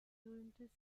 berühmtes